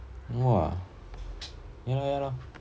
!wah! ya lor ya lor